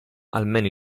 almeno